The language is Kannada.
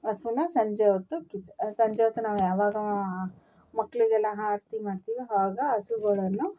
ಹಸುನ ಸಂಜೆ ಹೊತ್ತು ಕಿಚ್ಚ ಸಂಜೆ ಹೊತ್ತು ನಾವು ಯಾವಾಗ ಮಕ್ಕಳಿಗೆಲ್ಲ ಆರ್ತಿ ಮಾಡ್ತೀವಿ ಅವಾಗ ಹಸುಗಳನ್ನು